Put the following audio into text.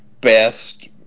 best